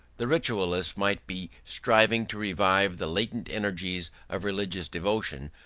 the ritualists might be striving to revive the latent energies of religious devotion,